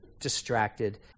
distracted